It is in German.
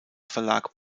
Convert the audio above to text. verlag